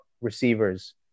receivers